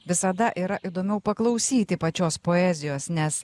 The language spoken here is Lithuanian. visada yra įdomiau paklausyti pačios poezijos nes